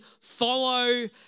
follow